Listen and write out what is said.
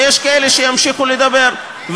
ויש כאלה שימשיכו לדבר,